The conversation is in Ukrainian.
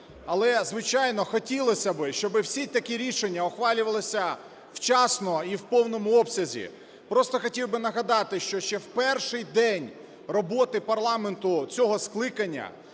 Але, звичайно, хотілося би, щоб всі такі рішення ухвалювалися вчасно і в повному обсязі. Просто хотів би нагадати, що ще в перший день роботи парламенту цього скликання